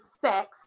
sex